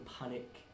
panic